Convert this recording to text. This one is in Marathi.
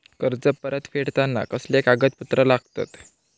कर्ज परत फेडताना कसले कागदपत्र लागतत?